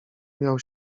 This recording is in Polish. miał